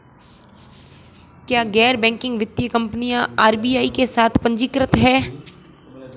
क्या गैर बैंकिंग वित्तीय कंपनियां आर.बी.आई के साथ पंजीकृत हैं?